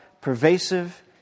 pervasive